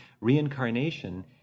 Reincarnation